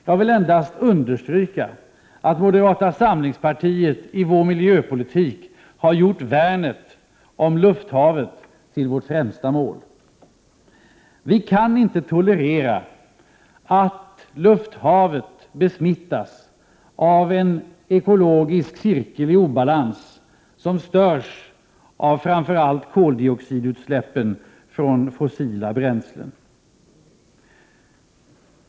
Jag vill endast understryka att moderata samlingspartiet i vår miljöpolitik har gjort värnet av lufthavet till vårt främsta mål. Vi kan inte tolerera att lufthavet besmittas av en ekologisk cirkel i obalans som störs av framför allt koldioxidutsläppen från fossila bränslen.